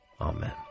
Amen